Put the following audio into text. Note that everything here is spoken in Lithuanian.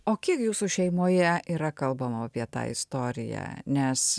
o kiek jūsų šeimoje yra kalbama apie tą istoriją nes